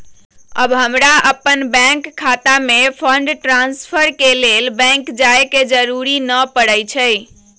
अब हमरा अप्पन बैंक खता में फंड ट्रांसफर के लेल बैंक जाय के जरूरी नऽ परै छइ